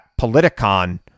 Politicon